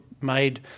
made